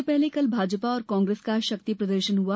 उससे पहले कल भाजपा और कांग्रेस का शक्ति प्रदर्शन हआ